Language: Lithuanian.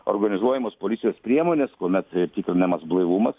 organizuojamos policinės priemonės kuomet tikrinamas blaivumas